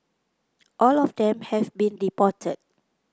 all of them have been deported